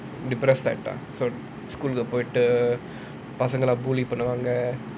depressed ஆயிட்ட:ayitta so school போயிட்டு பசங்கெல்லா:poitu pasangela bully பண்ணுவாங்க:pannuvaanga